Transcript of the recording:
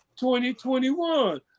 2021